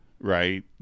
right